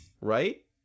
Right